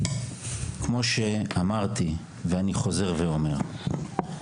כמו שאמרתי ואני חוזר ואומר,